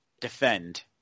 defend